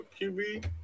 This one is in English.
QB